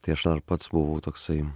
tai aš pats buvau toksai